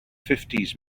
fifties